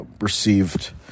received